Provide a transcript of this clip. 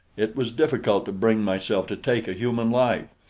it was difficult to bring myself to take a human life.